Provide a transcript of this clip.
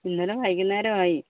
ഇന്നലെ വൈകുന്നേരവായി